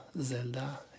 Zelda